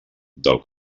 del